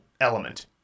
element